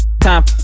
time